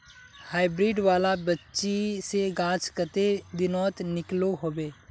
Hybrid वाला बिच्ची से गाछ कते दिनोत निकलो होबे?